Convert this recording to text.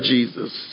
Jesus